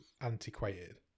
antiquated